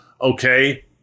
okay